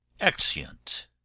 Exeunt